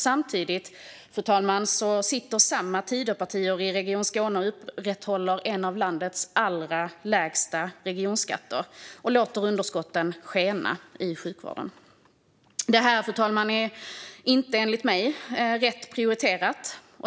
Samtidigt sitter samma Tidöpartier i Region Skåne och upprätthåller en av landets allra lägsta regionskatter och låter underskotten i sjukvården skena. Detta, fru talman, är inte rätt prioriterat!